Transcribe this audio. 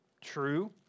true